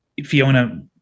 Fiona